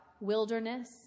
wilderness